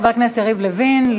חבר הכנסת יריב לוין,